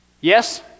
Yes